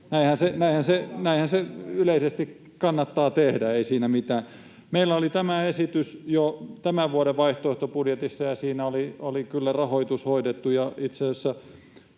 näinhän se yleisesti kannattaa tehdä, ei siinä mitään. Meillä oli tämä esitys jo tämän vuoden vaihtoehtobudjetissa, ja siinä oli kyllä rahoitus hoidettu, ja itse asiassa